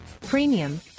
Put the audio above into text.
premium